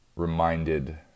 reminded